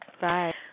Bye